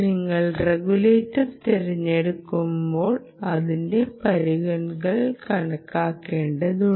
നിങ്ങൾ റെഗുലേറ്റർ തിരഞ്ഞെടുക്കുമ്പോൾ അത് പരിഗണിക്കേണ്ടതുണ്ട്